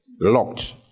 locked